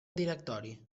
directori